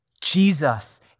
Jesus